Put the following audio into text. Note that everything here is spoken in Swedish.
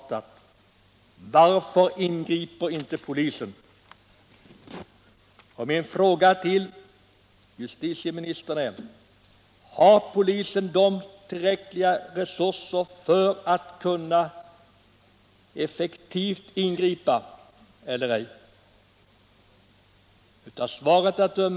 Varför ingriper inte polisen? Min fråga till justitieministern är: Har polisen tillräckliga resurser för att effektivt kunna ingripa?